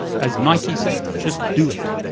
as nike say, just do it.